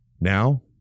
Now